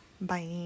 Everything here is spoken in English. Bye